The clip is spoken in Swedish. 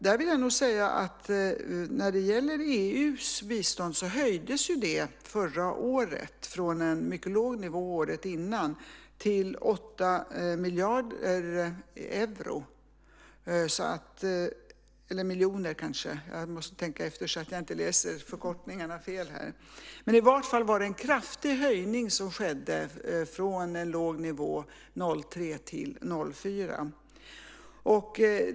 Där vill jag nog säga att EU:s bistånd förra året höjdes från en mycket låg nivå året innan till 8 miljoner euro - jag måste tänka efter så att jag inte läser förkortningarna för beloppen fel. I vart fall var det en kraftig höjning som skedde från en låg nivå 2003-2004.